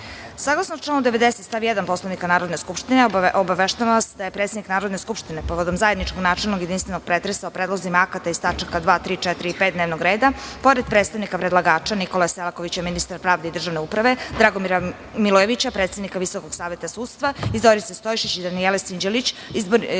članu 90. stav 1. Poslovnika Narodne skupštine obaveštavam vas da je predsednik Narodne skupštine povodom zajedničkog načelnog jedinstvenog pretresa o Predlozima akata iz tačka 2, 3, 4. i 5. dnevnog reda. Pored predstavnika predlagača Nikola Selaković je ministar pravde i državne uprave Dragomira Milojevića predsednika Visokog saveta sudstva i Zorica Stojišić, Danijela Sinđelić, izbornih